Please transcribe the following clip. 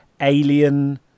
alien